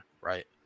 Right